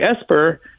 Esper